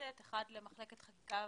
בכנסת למחלקת חקיקה